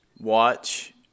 watch